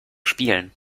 spielen